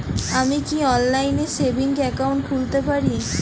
আমি কি অনলাইন এ সেভিংস অ্যাকাউন্ট খুলতে পারি?